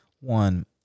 One